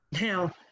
Now